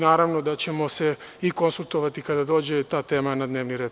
Naravno da ćemo se konsultovati kada dođe ta tema na dnevni red.